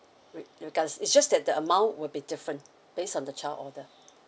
re~ regardless it's just that the amount would be different based on the child order